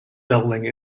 building